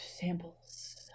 samples